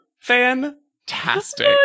Fantastic